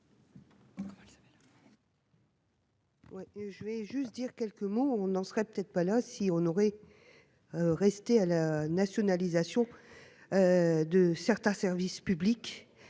je vais juste dire quelques mots on en serait peut-être pas là si honorée. Rester à la nationalisation. De certains services publics.